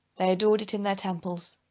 they adored it in the temples.